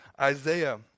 Isaiah